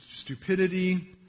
stupidity